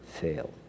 fail